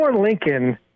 Lincoln